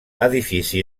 edifici